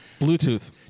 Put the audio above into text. Bluetooth